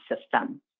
system